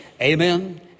amen